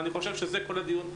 אני חושב שזה כל הדיון.